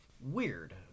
Weird